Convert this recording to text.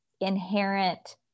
inherent